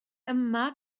yma